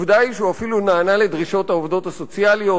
עובדה היא שהוא אפילו נענה לדרישות העובדות הסוציאליות